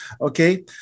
Okay